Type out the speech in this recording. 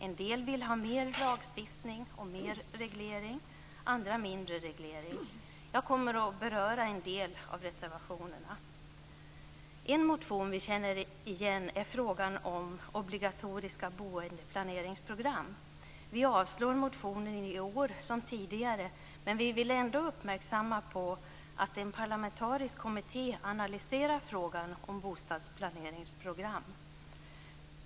En del vill ha mer lagstiftning och mer reglering, andra mindre reglering. Jag kommer att beröra en del av reservationerna. En motion vi känner igen är frågan om obligatoriska boendeplaneringsprogram. Vi avslår motionen i år som tidigare, men vi vill ändå uppmärksamma på att en parlamentarisk kommitté analyserar frågan om bostadsplaneringsprogram.